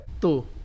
Two